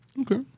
Okay